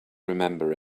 remember